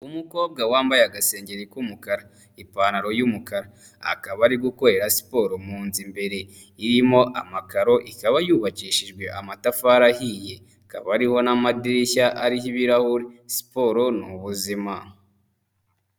Umukobwa wambaye agasengeri k'umukara, ipantaro y'umukara, akaba ari gukorera siporo mu nzu imbere irimo amakaro, ikaba yubakishijwe amatafari ahiye, ikaba iriho n'amadirishya ariho ibirahure. Siporo ni ubuzima!